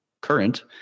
current